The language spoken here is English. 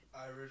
irish